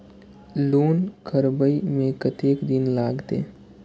Loan करबे में कतेक दिन लागते?